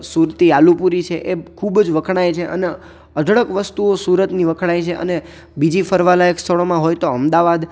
સુરતી આલુપૂરી છે ખૂબ જ વખણાય છે અને અઢળક વસ્તુઓ સુરતની વખણાય છે અને બીજી ફરવાલાયક સ્થળોમાં હોય તો અમદાવાદ